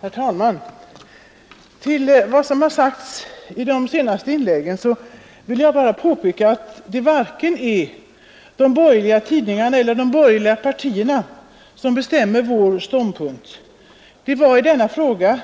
Herr talman! Efter vad som har sagts i de senaste inläggen vill jag bara påpeka att det varken är de borgerliga tidningarna eller de borgerliga partierna som bestämmer vår ståndpunkt, utan det har i denna fråga